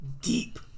deep